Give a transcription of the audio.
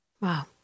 Wow